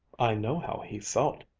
i know how he felt.